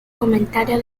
comentario